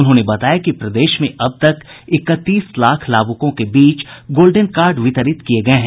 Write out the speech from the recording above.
उन्होंने बताया कि प्रदेश में अब तक इकतीस लाख लाभुकों के बीच गोल्डन कार्ड वितरित किये गये हैं